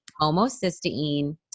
homocysteine